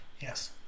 Yes